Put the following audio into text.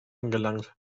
angelangt